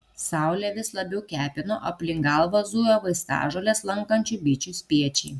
saulė vis labiau kepino aplink galvą zujo vaistažoles lankančių bičių spiečiai